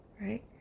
right